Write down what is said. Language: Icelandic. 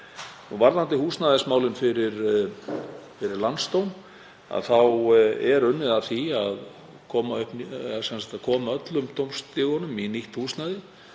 Varðandi húsnæðismálin fyrir Landsrétt þá er unnið að því að koma öllum dómstigum í nýtt húsnæði.